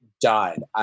died